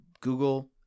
Google